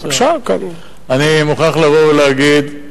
אני מוכרח לבוא ולהגיד: